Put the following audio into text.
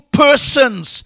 persons